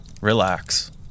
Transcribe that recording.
Relax